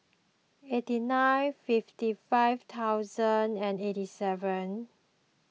eighty nine fifty five thousand and eighty seven